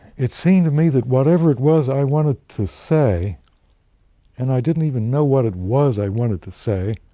it seemed to me that whatever it was i wanted to say and i didn't even know what it was i wanted to say